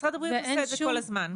משרד הבריאות עושה את זה כל הזמן.